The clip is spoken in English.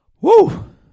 Woo